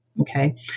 Okay